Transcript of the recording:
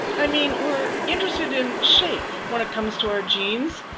i mean, we're interested in shape when it comes to our jeans.